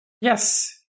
yes